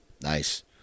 Nice